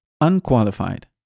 unqualified